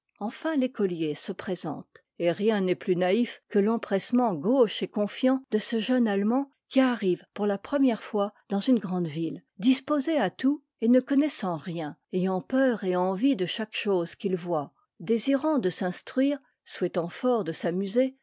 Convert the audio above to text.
enfin l'écolier se présente et rien n'est plus naïf que l'empressement gauche et confiant de ce jeune allemand qui arrive pour la première fois dans une grande ville disposé à tout et ne connaissant rien ayant peur et envie de chaque chose qu'il voit désirant de s'instruire souhaitant fort de s'amuser